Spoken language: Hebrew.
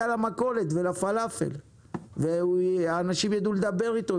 למכולת ולפלאפל ואנשים יידעו לדבר איתו,